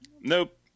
Nope